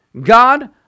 God